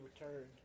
returned